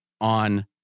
on